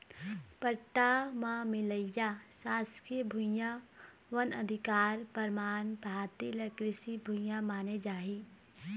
पट्टा म मिलइया सासकीय भुइयां, वन अधिकार परमान पाती ल कृषि भूइया माने जाही